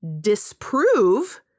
disprove